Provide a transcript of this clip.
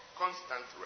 constant